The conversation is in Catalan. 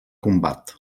combat